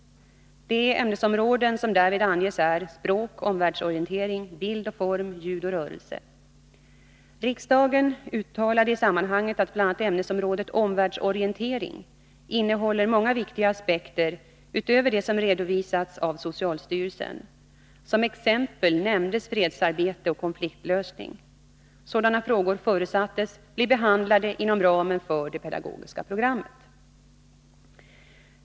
De ämnesområden som därvid anges är språk, omvärldsorientering, bild och form, ljud och rörelse. Riksdagen uttalade i sammanhanget att bl.a. ämnesområdet omvärldsorientering innehåller många viktiga aspekter utöver dem som redovisats av socialstyrelsen. Som exempel nämndes fredsarbete och konfliktlösning. Sådana frågor förutsattes bli behandlade inom ramen för det pedagogiska programmet.